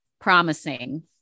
promising